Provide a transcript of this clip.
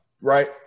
right